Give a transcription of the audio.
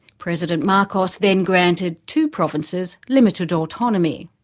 president marcos then granted two provinces limited autonomy.